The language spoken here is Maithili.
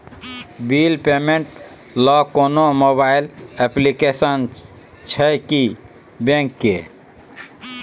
बिल पेमेंट ल कोनो मोबाइल एप्लीकेशन छै की बैंक के?